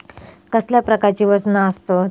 कसल्या प्रकारची वजना आसतत?